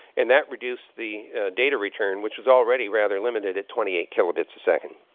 and that reduced the data return, which is already rather limited at twenty eight kilobits a second.